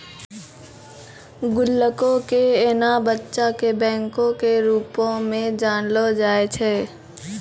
गुल्लको के एना बच्चा के बैंको के रुपो मे जानलो जाय छै